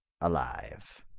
alive